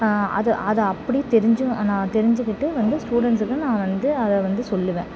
அதை அதை அப்படியே தெரிஞ்சும் நான் தெரிஞ்சுக்கிட்டு வந்து ஸ்டூடெண்ட்ஸ்க்கு நான் வந்து அதை வந்து சொல்லுவேன்